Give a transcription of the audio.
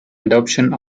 adoption